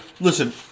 listen